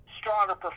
stronger